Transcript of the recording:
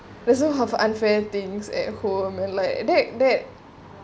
there's so unfair things at home and like that that